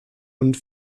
und